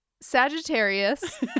Sagittarius